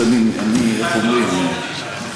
אז אני מקבל את זה,